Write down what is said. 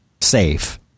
safe